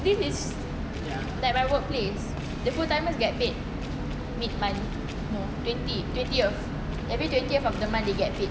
this is like my workplace the full timers get paid mid month no twenty twentieth every twentieth of the month they get paid